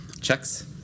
checks